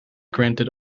granted